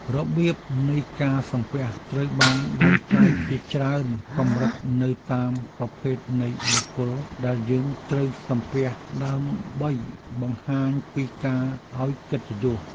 របៀបនៃការសំពះត្រូវបានបែងចែកជាច្រើនកម្រិតទៅតាមប្រភេទនៃបុគ្គលដែលយើងត្រូវសំពះដើម្បីបង្ហាញពីការឱ្យកិត្តិយស។